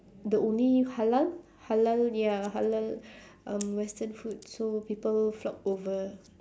the only halal halal ya halal um western food so people flock over